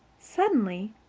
suddenly,